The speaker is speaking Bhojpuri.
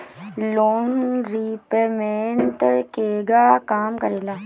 लोन रीपयमेंत केगा काम करेला?